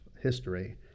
History